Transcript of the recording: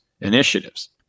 initiatives